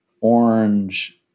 orange